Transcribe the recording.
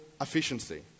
efficiency